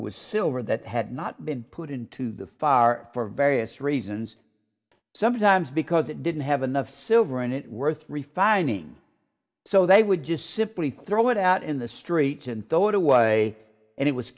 with silver that had not been put into the far for various reasons sometimes because it didn't have enough silver in it worth refining so they would just simply throw it out in the street and throw it away and it was